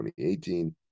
2018